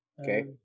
Okay